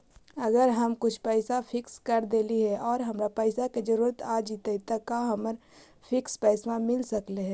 अगर हम कुछ पैसा फिक्स कर देली हे और हमरा पैसा के जरुरत आ जितै त का हमरा फिक्स पैसबा मिल सकले हे?